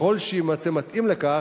ככל שיימצא מתאים לכך,